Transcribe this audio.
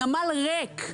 הנמל ריק.